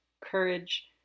courage